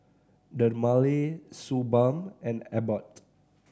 Dermale Suu Balm and Abbott